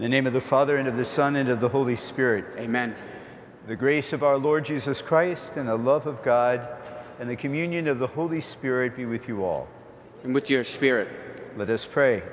the name of the father and of the son and of the holy spirit amen the grace of our lord jesus christ and the love of god and the communion of the holy spirit be with you all and with your spirit let us pray